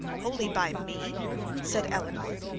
wholly by me said eleanor,